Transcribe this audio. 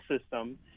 system